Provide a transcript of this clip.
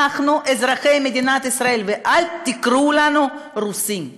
אנחנו אזרחי מדינת ישראל, ואל תקראו לנו רוסים.